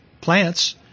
plants